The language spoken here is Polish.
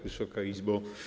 Wysoka Izbo!